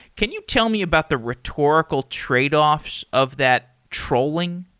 can you tell me about the rhetorical tradeoffs of that trolling?